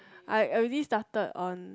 I I already started on